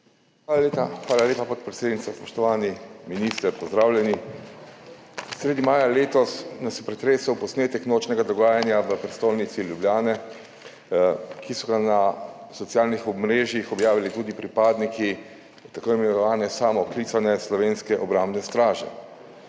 Hvala lepa, podpredsednica. Spoštovani minister, pozdravljeni! Sredi maja letos nas je pretresel posnetek nočnega dogajanja v prestolnici, Ljubljani, ki so ga na socialnih omrežjih objavili tudi pripadniki tako imenovane samooklicane Slovenske obrambne straže.